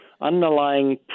underlying